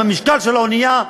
עם המשקל של האונייה,